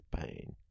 pain